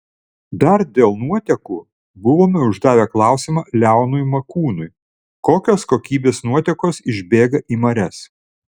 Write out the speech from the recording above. dar dėl nuotekų buvome uždavę klausimą leonui makūnui kokios kokybės nuotekos išbėga į marias